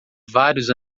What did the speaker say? vários